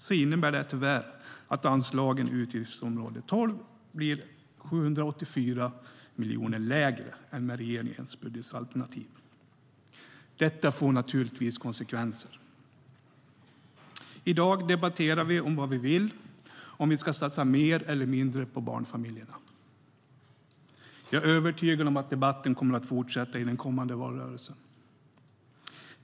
Det innebär tyvärr att anslagen i utgiftsområde 12 blir 784 miljoner lägre än med regeringens budgetalternativ. Detta får naturligtvis konsekvenser.I dag debatterar vi vad vi vill göra och om vi ska satsa mer eller mindre på barnfamiljerna. Jag är övertygad om att debatten kommer att fortsätta i den kommande valrörelsen.